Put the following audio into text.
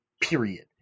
period